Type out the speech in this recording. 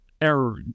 error